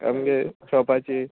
आमगे शॉपाची